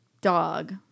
dog